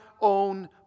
own